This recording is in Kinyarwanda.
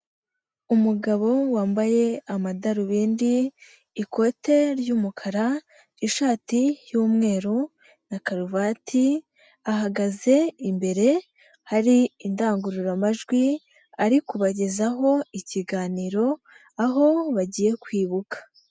Umugabo wambaye amadarubindi, ikote ry'umukara, ishati y'mweru na karuvati, ahagaze imbere, hari indangururamajwi, ari kubagezaho ikiganiro, aho bagiye kwibuka.